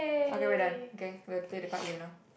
okay we're done okay we have to play the card game now